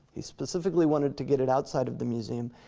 he specifically wanted to get it outside of the museum,